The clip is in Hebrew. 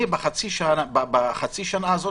אני בחצי שנה הזאת,